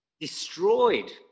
destroyed